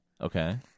okay